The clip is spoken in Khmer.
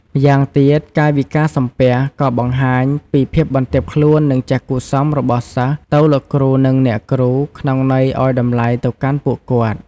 ម្យ៉ាងទៀត កាយវិការសំពះក៏បង្ហាញពីភាពបន្ទាបខ្លួននិងចេះគួរសមរបស់សិស្សទៅលោកគ្រូ និងអ្នកគ្រូ ក្នុងន័យអោយតម្លៃទៅកាន់ពួកគាត់។